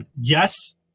yes